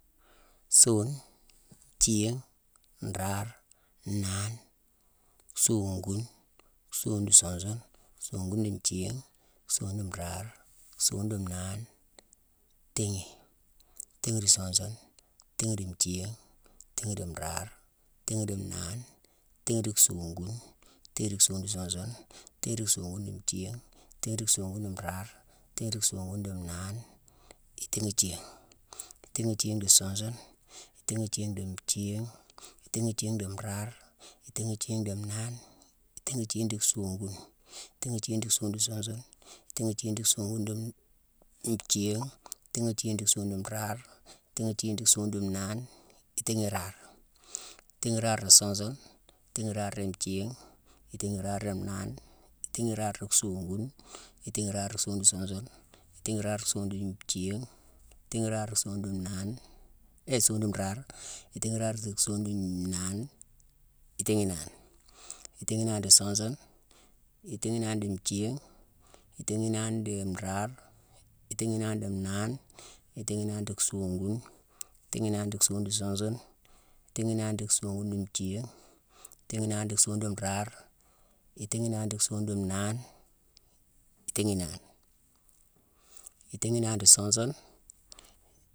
Suune, nthiigh, nraare, nnaane, songune, songune di suun sune, songune di nthiigh, songune di nraare, songune di nnaane, tééghi. Tééghi di suun sune, tééghi di nthiigh, tééghi di nraare, tééghi di nnaane, tééghi di songune, tééghi di songune di suun sune, tééghi di songune di nthiigh, tééghi di songune di nraare, tééghi di songune di nnaane, itééghi ithiigh. Itééghi ithiigh di suun sune, itééghi ithiigh di nthiigh, itééghi ithiigh di nraare, itééghi ithiigh di nnaane, itééghi ithiigh di songune, itééghi ithiigh di songune di suun sune, itééghi ithiigh di songune di nthiigh, itééghi ithiigh di songune di nraare, itééghi ithiigh di songune di nnaane, itééghi iraare. Itééghi iraare di suun sune, itééghi iraare di nthiigh, itééghi iraare di nnaane, itééghi iraare di songune, itééghi iraare di songune di suun sune, itééghi iraare di songune di nthiigh, itééghi iraare di songune di nnaane, songune nraare, itééghi iraare di songune di nnaane, itééghi inaane. Itééghi inaane di suun sune, itééghi inaane di nthiigh, itééghi inaane di nraare, itééghi inaane di nnaane, itééghi inaane di songune, itééghi inaane di songune di suun sune, itééghi inaane di songune di nthiigh, itééghi inaane di songune di nraare, itééghi inaane di songune di nnaane, itééghi inaane, itééghi inaane di suun sune